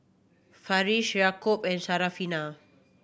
Farish Yaakob and Syarafina